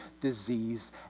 disease